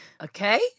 okay